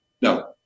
No